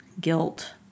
guilt